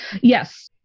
Yes